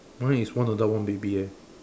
mine is one adult one baby eh